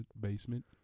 basement